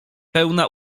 pełna